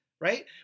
right